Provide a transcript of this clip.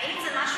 האם זה משהו,